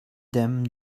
them